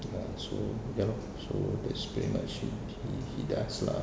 ya so ya lor so that's pretty much he he does lah